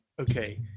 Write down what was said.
okay